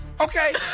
Okay